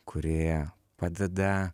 kuri padeda